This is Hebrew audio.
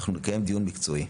אנחנו נקיים דיון מקצועי.